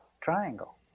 triangle